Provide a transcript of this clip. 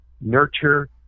nurture